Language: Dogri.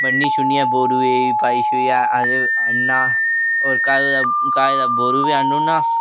ब'न्नियै बोरूऐ पाइयै ओह् आह्नना होर घाऽ दा बोरू बी आह्न्नी ओड़ना